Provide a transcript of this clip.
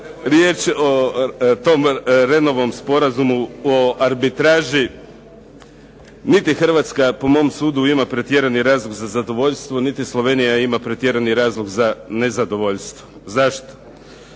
riječ o tom Rehnovom Sporazumu o arbitraži, niti Hrvatska po mom sudu ima pretjerani razlog za zadovoljstvo, niti Slovenija ima pretjerani razlog za nezadovoljstvo. Zašto?